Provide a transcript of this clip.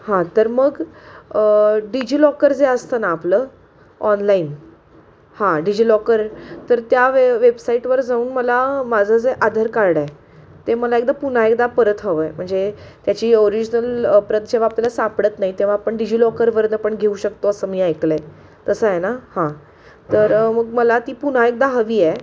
हां तर मग डिजिलॉकर जे असतं ना आपलं ऑनलाईन हां डिजिलॉकर तर त्या वे वेबसाईटवर जाऊन मला माझं जे आधार कार्ड आहे ते मला एकदा पुन्हा एकदा परत हवं आहे म्हणजे त्याची ओरिजनल प्रत जेव्हा आपल्याला सापडत नाही तेव्हा आपण डिजिलॉकरवरून पण आपण घेऊ शकतो असं मी ऐकलं आहे तसं आहे ना हां तर मग मला ती पुन्हा एकदा हवी आहे